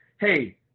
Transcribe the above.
hey